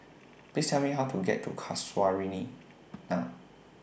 Please Tell Me How to get to Casuarina